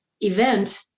event